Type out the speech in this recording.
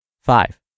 Five